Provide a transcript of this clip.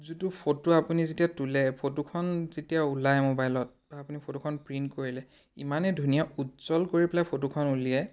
যিটো ফটো আপুনি যেতিয়া তোলে ফটোখন যেতিয়া ওলাই মোবাইলত বা আপুনি ফটোখন প্ৰিণ্ট কৰিলে ইমানেই ধুনীয়া উজ্জ্বল কৰি পেলাই ফটোখন উলিয়াই